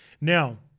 Now